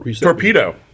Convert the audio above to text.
Torpedo